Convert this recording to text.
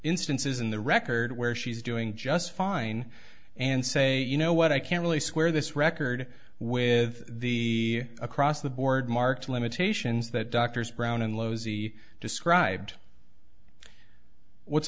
instances in the record where she's doing just fine and say you know what i can't really square this record with the across the board marks limitations that doctors brown and low z described what's